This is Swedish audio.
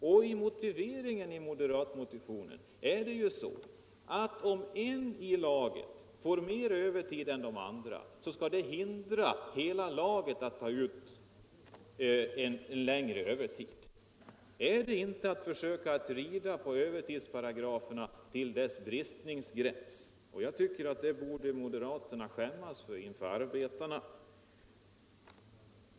Och i motiveringen i moderatmotionen heter det ju att om en i laget får mer övertid än de andra, skall detta hindra hela laget att ta ut en längre övertid. Är detta inte att försöka rida på övertidsparagraferna till deras bristningsgräns? Jag tycker att moderaterna borde skämmas för detta inför arbetarna.